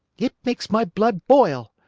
it makes my blood boil!